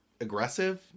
aggressive